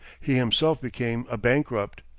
he himself became a bankrupt.